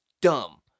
dumb